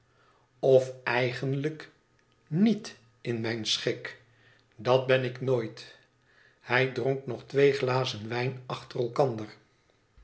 of eigenlijk niet in mijn schik dat ben ik nooit hij dronk nog twee glazen wijn achter elkander